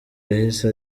yahise